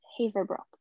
Haverbrook